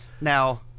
Now